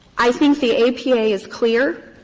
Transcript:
i think the apa is clear.